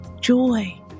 joy